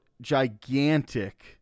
gigantic